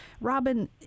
Robin